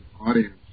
audience